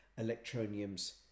Electronium's